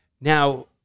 now